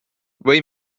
või